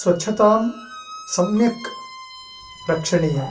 स्वच्छताम् सम्यक् रक्षणीयं